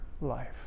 life